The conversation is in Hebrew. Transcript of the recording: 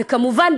וכמובן,